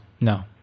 no